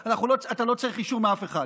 ואתה לא צריך אישור מאף אחד.